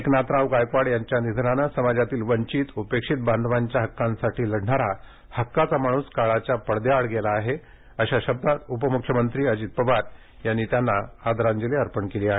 एकनाथराव गायकवाड यांच्या निधनानं समाजातील वंचित उपेक्षित बांधवांच्या हक्कांसाठी लढणारा हक्काचा माणूस काळाच्या पडद्याआड गेला आहे अशा शब्दात उपमुख्यमंत्री अजित पवार यांनी गायकवाड यांना आदरांजली अर्पण केली आहे